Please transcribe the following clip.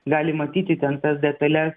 gali matyti ten tas detales